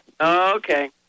Okay